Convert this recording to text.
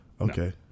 Okay